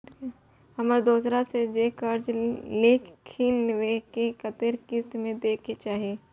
हम दोसरा से जे कर्जा लेलखिन वे के कतेक किस्त में दे के चाही?